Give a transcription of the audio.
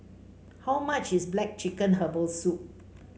how much is black chicken Herbal Soup